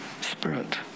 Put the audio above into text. Spirit